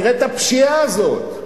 תראה את הפשיעה הזאת.